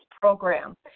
program